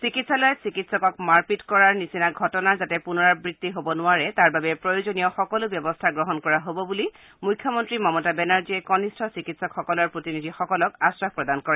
চিকিৎসালয়ত চিকিৎসকক মাৰপিত কৰাৰ নিচিনা ঘটনা যাতে পুনৰাবৃত্তি হ'ব নোৱাৰে তাৰ বাবে প্ৰয়োজনীয় সকলো ব্যৱস্থা গ্ৰহণ কৰা হ'ব বুলি মুখ্যমন্ত্ৰী মমতা বেনাৰ্জীয়ে কনিষ্ঠ চিকিৎসকলৰ প্ৰতিনিধিসকলক আশ্বাস প্ৰদান কৰে